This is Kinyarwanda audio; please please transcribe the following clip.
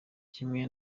kimwe